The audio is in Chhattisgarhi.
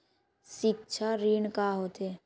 सिक्छा ऋण का होथे?